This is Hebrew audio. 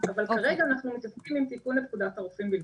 אבל כרגע אנחנו מתעסקים בתיקון לפקודת הרופאים בלבד.